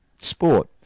sport